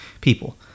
people